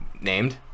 Named